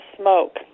smoke